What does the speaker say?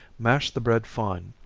mash the bread fine,